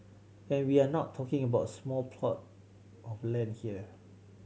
and we're not talking about a small plot of land here